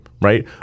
right